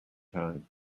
time